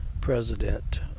president